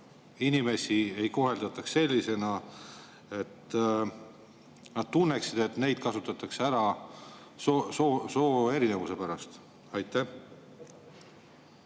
tavainimesi ei koheldaks sellisena, et nad tunneksid, et neid kasutatakse ära soo erinevuse pärast. Aitäh